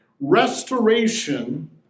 Restoration